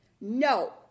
No